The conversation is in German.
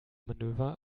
manöver